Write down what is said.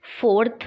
fourth